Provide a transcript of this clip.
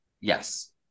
Yes